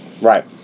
Right